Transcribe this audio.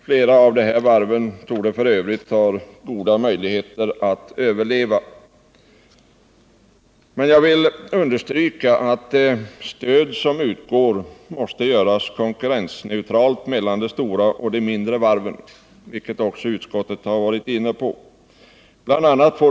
Flera av varven torde för övrigt ha goda möjligheter att överleva. Jag vill emellertid understryka att det stöd som skall utgå måste göras konkurrensneutralt mellan de stora och de mindre varven, vilket också utskottet varit inne på.